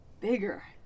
bigger